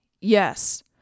Yes